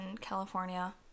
California